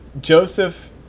joseph